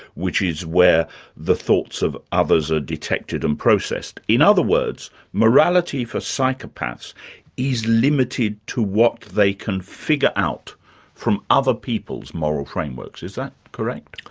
which is where the thoughts of others are detected and processed. in other words, morality for psychopaths is limited to what they can figure out from other people's moral frameworks. is that correct?